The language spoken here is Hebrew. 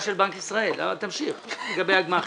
של בנק ישראל אבל תמשיך לגבי הגמ"חים.